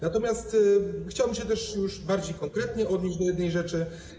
Natomiast chciałbym się też już bardziej konkretnie odnieść do jednej rzeczy.